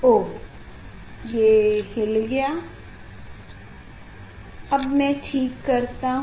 ओह ये हिल गया अब ठीक है